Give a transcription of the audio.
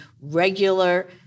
regular